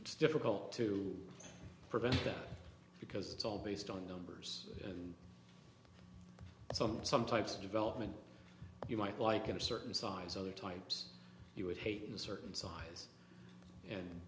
it's difficult to prevent that because it's all based on numbers and some some types of development you might like a certain size other types you would hate a certain size and